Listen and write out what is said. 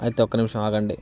అయితే ఒక్క నిమిషం ఆగండి